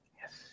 Yes